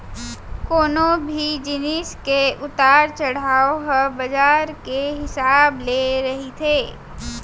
कोनो भी जिनिस के उतार चड़हाव ह बजार के हिसाब ले रहिथे